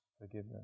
forgiveness